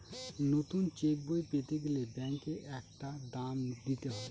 নতুন চেকবই পেতে গেলে ব্যাঙ্কে একটা দাম দিতে হয়